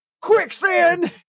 Quicksand